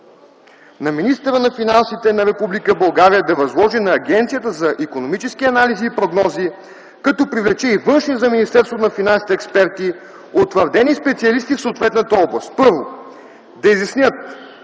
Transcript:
на министъра на финансите на Република България да възложи на Агенцията за икономически анализи и прогнози като привлече и външни за Министерството на финансите експерти утвърдени специалисти в съответната област: 1. Да изяснят